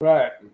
Right